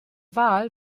wahl